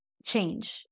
change